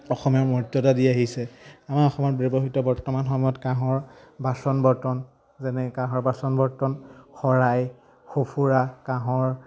অসমীয়া মৰ্যদা দি আহিছে আমাৰ অসমত ব্যৱহৃত বৰ্তমান সময়ত কাঁহৰ বাচন বৰ্তন যেনে কাঁহৰ বাচন বৰ্তন শৰাই সফুৰা কাঁহৰ